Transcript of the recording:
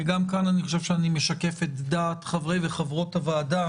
וגם כאן אני חושב שאני משקף את דעת חברי וחברות הוועדה